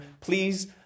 please